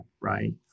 right